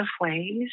ways